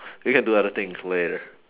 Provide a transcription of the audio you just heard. we can do other things later